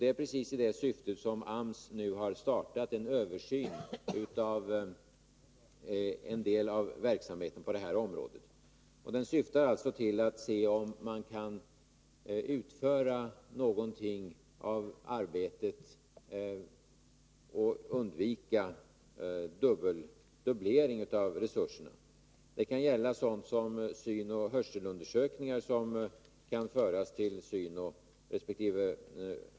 Det är också precis med tanke på detta samarbete som AMS nu har startat en översyn av en del av verksamheten på det här området. Översynen syftar till att se om man kan undvika dubblering av resurserna. Det kan gälla sådant som synoch hörselundersökningar, som kan föras över till synresp.